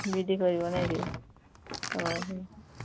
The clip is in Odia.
ବି ଇ ଡ଼ି କରିବ ନାହିଁ କି ଓ ହୋ